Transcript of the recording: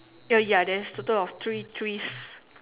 uh ya there is a total of three trees